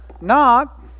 knock